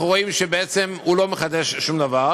אנחנו רואים שבעצם הוא לא מחדש שום דבר,